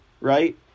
right